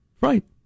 Right